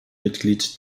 mitglied